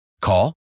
Call